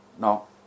No